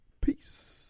Peace